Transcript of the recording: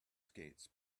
skates